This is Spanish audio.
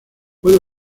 puede